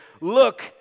look